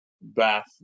bath